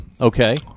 Okay